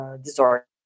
disorder